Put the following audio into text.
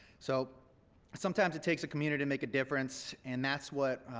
so sometimes it takes a community to make a difference and that's what